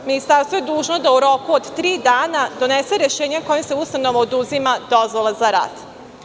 Ministarstvo je dužno da u roku od tri dana donese rešenje kojim se ustanovi oduzima dozvola za rad.